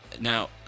Now